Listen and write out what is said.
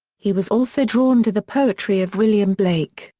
he was also drawn to the poetry of william blake,